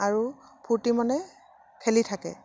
আৰু ফূৰ্তি মনে খেলি থাকে